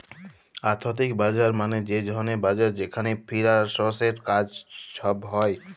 আথ্থিক বাজার মালে যে ধরলের বাজার যেখালে ফিল্যালসের কাজ ছব হ্যয়